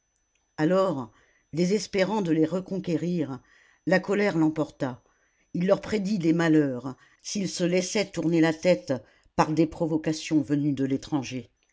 alors désespérant de les reconquérir la colère l'emporta il leur prédit des malheurs s'ils se laissaient tourner la tête par des provocations venues de l'étranger